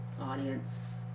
audience